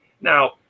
now